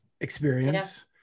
experience